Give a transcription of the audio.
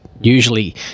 Usually